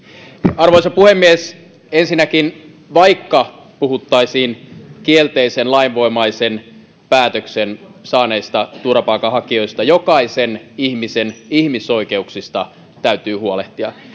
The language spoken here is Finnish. arvoisa puhemies ensinnäkin vaikka puhuttaisiin kielteisen lainvoimaisen päätöksen saaneista turvapaikanhakijoista jokaisen ihmisen ihmisoikeuksista täytyy huolehtia